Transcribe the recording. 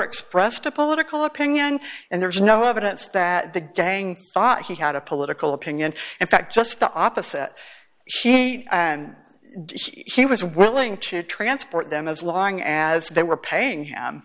expressed a political opinion and there is no evidence that the gang thought he had a political opinion in fact just the opposite and he was willing to transport them as long as they were paying him